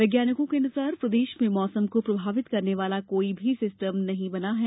वैज्ञानिकों के अनुसार प्रदेश में मौसम को प्रभावित करने वाला कोई भी सिस्टम नही बना है